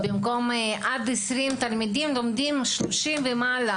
במקום עד 20 תלמידים לומדים 30 ומעלה.